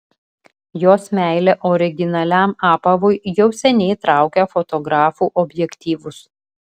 jos meilė originaliam apavui jau seniai traukia fotografų objektyvus